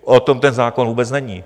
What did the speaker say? O tom ten zákon vůbec není.